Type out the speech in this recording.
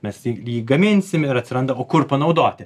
mes jį jį gaminsim ir atsiranda o kur panaudoti